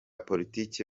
politiki